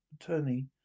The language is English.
attorney